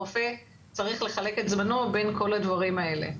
הרופא צריך לחלק את זמנו בין כל הדברים האלה.